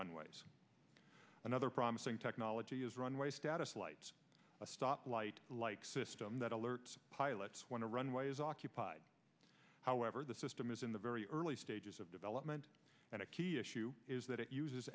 runways another promising technology is runway status lights a stop light like system that alerts pilots when a runway is occupied however the system is in the very early stages development and a key issue is that it uses